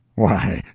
why,